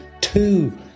two